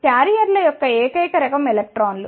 కాబట్టి క్యారియర్ల యొక్క ఏకైక రకం ఎలక్ట్రాన్లు